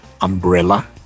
umbrella